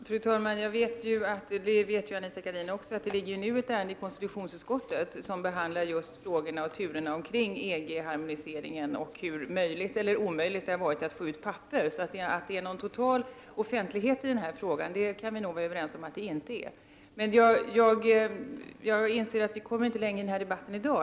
Fru talman! Jag vet ju, och det vet Anita Gradin också, att det hos konstitutionsutskottet ligger ett ärende där frågorna och turerna kring EG-harmoniseringen behandlas. Och vi vet också hur möjligt eller omöjligt det har va rit att få ta del av detta papper. Så vi kan nog vara överens om att det inte råder någon total offentlighet i den här frågan. Jag inser att vi inte kommer längre i den här debatten i dag.